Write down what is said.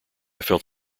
felt